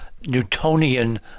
Newtonian